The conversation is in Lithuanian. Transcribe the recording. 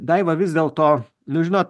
daiva vis dėl to nu žinot